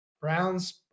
Browns